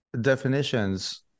definitions